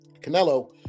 Canelo